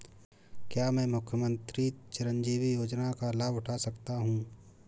क्या मैं मुख्यमंत्री चिरंजीवी योजना का लाभ उठा सकता हूं?